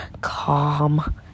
calm